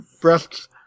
breasts